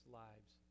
lives